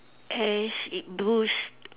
as it boost